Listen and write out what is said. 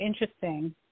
interesting